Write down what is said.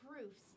proofs